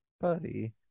buddy